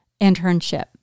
internship